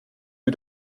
wie